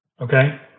okay